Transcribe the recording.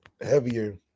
heavier